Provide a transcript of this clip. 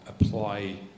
Apply